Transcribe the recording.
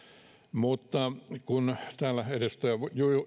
mutta kun täällä edustaja